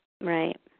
Right